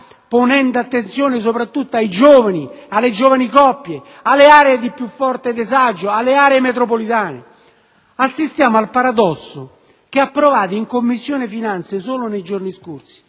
ponendo attenzione soprattutto ai giovani, alle giovani coppie, alle aree di più forte disagio, alle aree metropolitane. Assistiamo al paradosso che nei giorni scorsi approvate in Commissione finanze l'atto di